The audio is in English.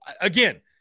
Again